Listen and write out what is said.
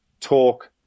talk